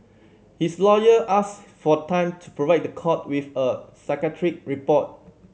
his lawyer asked for time to provide the court with a psychiatric report